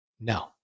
No